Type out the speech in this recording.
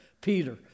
Peter